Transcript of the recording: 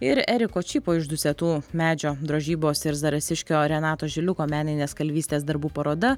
ir eriko čipo iš dusetų medžio drožybos ir zarasiškio renato žiliuko meninės kalvystės darbų paroda